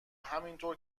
همینطور